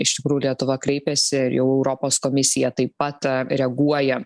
iš tikrųjų lietuva kreipėsi ir jau europos komisiją taip pat reaguoja